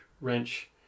wrench